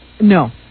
No